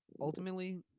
ultimately